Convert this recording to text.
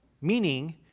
meaning